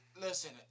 listen